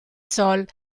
sol